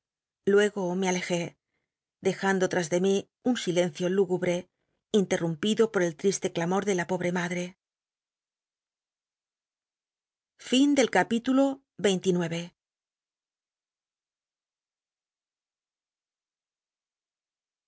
luego me alejé dejando tras de mi un silencio lúgubre interrumpido po el triste clamor de la pobe madre xxx